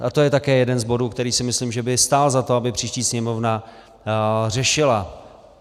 A to je také jeden z bodů, který si myslím, že by stál za to, aby příští Sněmovna řešila.